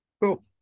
Cool